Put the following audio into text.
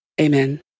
Amen